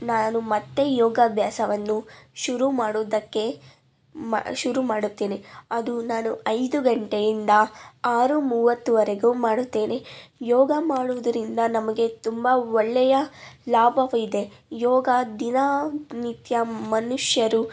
ನಾನು ಮತ್ತೆ ಯೋಗಾಭ್ಯಾಸವನ್ನು ಶುರು ಮಾಡುವುದಕ್ಕೆ ಮ ಶುರು ಮಾಡುತ್ತೇನೆ ಅದು ನಾನು ಐದು ಗಂಟೆಯಿಂದ ಆರು ಮೂವತ್ತರವರೆಗೂ ಮಾಡುತ್ತೇನೆ ಯೋಗ ಮಾಡುವುದರಿಂದ ನಮಗೆ ತುಂಬ ಒಳ್ಳೆಯ ಲಾಭವಿದೆ ಯೋಗ ದಿನನಿತ್ಯ ಮನುಷ್ಯರು